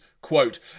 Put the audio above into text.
quote